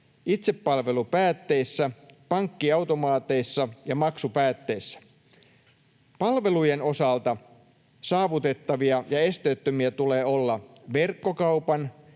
itsepalvelupäätteissä, pankkiautomaateissa ja maksupäätteissä. Palvelujen osalta saavutettavia ja esteettömiä tulee olla verkkokauppa,